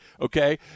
Okay